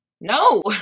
No